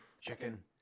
chicken